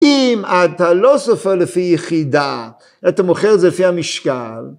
אם אתה לא סופר לפי יחידה, אתה מוכר את זה לפי המשקל.